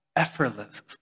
Effortless